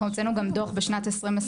אנחנו הוצאנו דוח בשנת 2021,